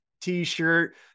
t-shirt